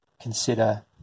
consider